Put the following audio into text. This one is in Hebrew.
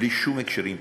בלי שום הקשרים פוליטיים.